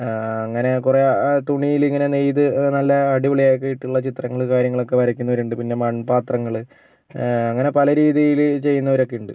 അങ്ങനെ കുറെ തുണിയിൽ ഇങ്ങനെ നെയ്ത് നല്ല അടിപൊളി ആക്കിയിട്ടുള്ള ചിത്രങ്ങള് കാര്യങ്ങളൊക്കെ വരയ്ക്കുന്നവര് ഉണ്ട് പിന്നെ മൺ പത്രങ്ങൾ അങ്ങനെ പലരീതിയില് ചെയ്യുന്നവരൊക്കെ ഉണ്ട്